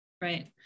right